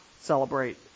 celebrate